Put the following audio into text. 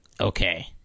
Okay